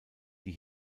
die